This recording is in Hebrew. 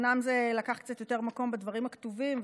אומנם זה לקח קצת יותר מקום בדברים הכתובים,